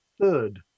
third